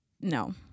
no